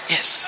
Yes